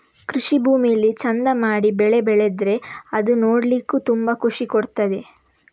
ಕೃಷಿ ಭೂಮಿಲಿ ಚಂದ ಮಾಡಿ ಬೆಳೆ ಬೆಳೆದ್ರೆ ಅದು ನೋಡ್ಲಿಕ್ಕೂ ತುಂಬಾ ಖುಷಿ ಕೊಡ್ತದೆ